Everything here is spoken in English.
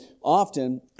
often